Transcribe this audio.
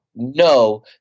No